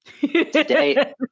Today